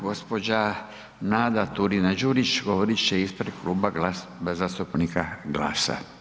Gospođa Nada Turina Đurić, govorit će ispred Kluba zastupnika GLASA.